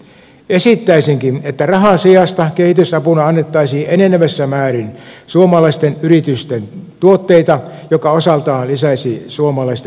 esittäisinkin että rahan sijasta kehitysapuna annettaisiin enenevässä määrin suomalaisten yritysten tuotteita mikä osaltaan lisäisi suomalaisten työllistymistä